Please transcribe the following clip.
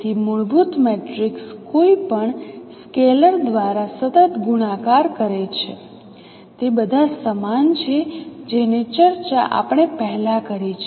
તેથી મૂળભૂત મેટ્રિક્સ કોઈપણ સ્કેલર દ્વારા સતત ગુણાકાર કરે છે તે બધા સમાન છે જેની ચર્ચા આપણે પહેલાં કરી છે